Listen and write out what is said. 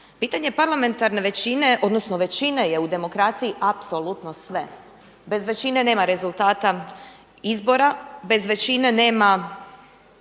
Pitanje parlamentarne većine, odnosno većine je u demokraciji apsolutno sve. Bez većine nema rezultata izbora, bez većine nema